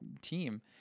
team